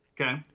Okay